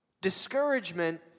Discouragement